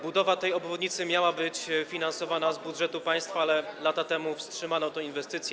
Budowa tej obwodnicy miała być finansowana z budżetu państwa, ale lata temu wstrzymano tę inwestycję.